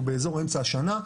באזור אמצע השנה,